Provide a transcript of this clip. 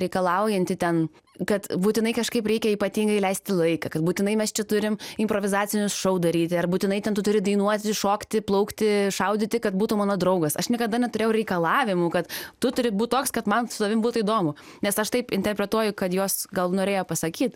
reikalaujanti ten kad būtinai kažkaip reikia ypatingai leisti laiką kad būtinai mes čia turim improvizacinius šou daryti ar būtinai ten tu turi dainuoti šokti plaukti šaudyti kad būtum mano draugas aš niekada neturėjau reikalavimų kad tu turi būt toks kad man su tavim būtų įdomu nes aš taip interpretuoju kad jos gal norėjo pasakyt